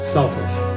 Selfish